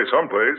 someplace